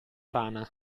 rana